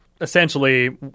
Essentially